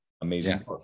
amazing